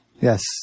Yes